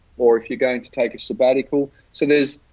or if you're going to take a sabbatical. so there's,